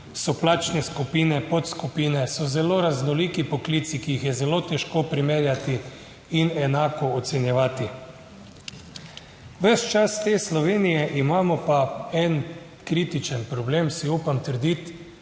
so plačne skupine, podskupine, so zelo raznoliki poklici, ki jih je zelo težko primerjati in enako ocenjevati. Ves čas te Slovenije imamo pa en kritičen problem, si upam trditi,